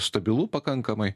stabilu pakankamai